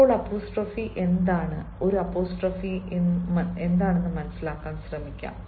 ഇപ്പോൾ അപ്പോസ്ട്രോഫി എന്താണ് ഒരു അപ്പോസ്ട്രോഫി എന്ന് മനസിലാക്കാൻ ശ്രമിക്കാം